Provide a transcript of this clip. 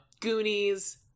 goonies